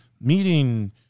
meeting